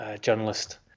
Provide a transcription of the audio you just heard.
journalist